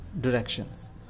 directions